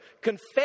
confess